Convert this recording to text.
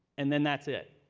and then that's it.